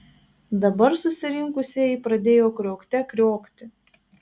dabar susirinkusieji pradėjo kriokte kriokti